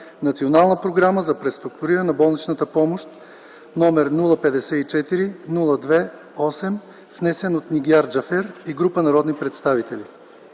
Национална програма за преструктуриране на болничната помощ, № 054-02-8, внесен от Нигяр Джафер и група народни представители